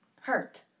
hurt